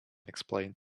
explained